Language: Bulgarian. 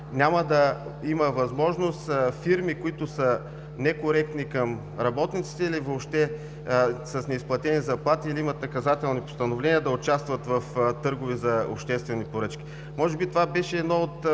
няма да има възможност фирми, които са некоректни към работниците, или въобще с неизплатени заплати, или имат наказателни постановления, да участват в търгове за обществени поръчки.